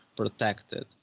Protected